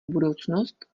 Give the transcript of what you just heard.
budoucnost